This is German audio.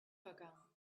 vergangen